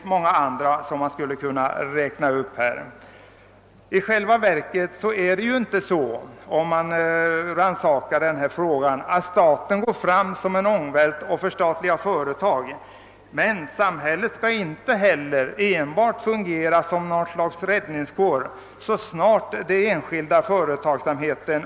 Om man granskar saken närmare finner man att det i själva verket inte är så att staten går fram som en ångvält 1 sin strävan att förstatliga företag. Samhället skall emellertid inte heller enbart fungera som ett slags räddningskår så snart man misslyckas inom den enskilda företagsamheten.